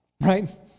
right